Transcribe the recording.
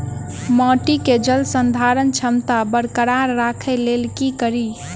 माटि केँ जलसंधारण क्षमता बरकरार राखै लेल की कड़ी?